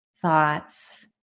thoughts